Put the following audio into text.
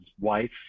wife